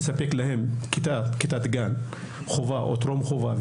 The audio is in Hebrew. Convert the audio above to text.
לספק להם כיתת גן חובה או טרום חובה,